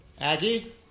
Aggie